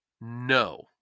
No